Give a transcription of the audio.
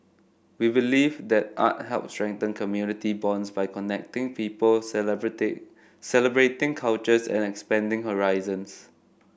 we believe that art helps strengthen community bonds by connecting people celebrated celebrating cultures and expanding horizons